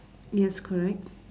yes correct